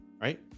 Right